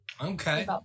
Okay